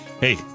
Hey